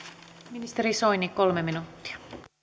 ministeri soini kolme minuuttia